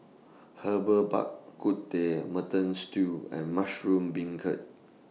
Herbal Bak Ku Teh Mutton Stew and Mushroom Beancurd